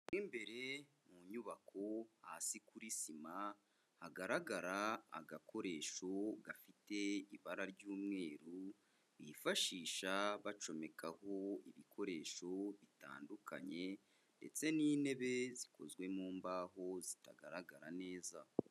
Mo imbere mu nyubako hasi kuri sima, hagaragara agakoresho gafite ibara ry'umweru bifashisha bacomekaho ibikoresho bitandukanye ndetse n'intebe zikozwe mu mbaho zitagaragara neza.